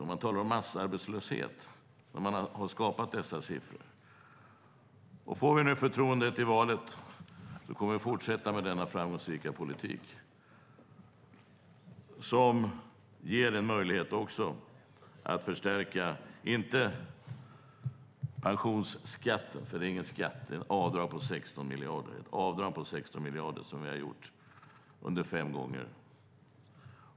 När man har skapat dessa siffror talas det om massarbetslöshet. Om vi får förtroendet i valet kommer vi att fortsätta med denna framgångsrika politik som också ger möjligheten att förstärka det som inte är pensionskatt utan ett avdrag på 16 miljarder som vi har gjort i fem steg.